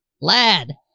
Lad